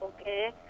okay